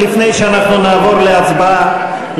לפני שנעבור להצבעה,